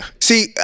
See